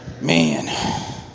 man